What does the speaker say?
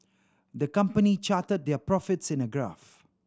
the company charted their profits in a graph